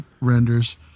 renders